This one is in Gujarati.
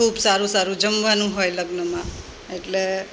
ખૂબ સારું સારું જમવાનું હોય લગ્નમાં એટલે